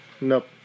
Nope